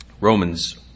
Romans